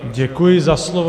Děkuji za slovo.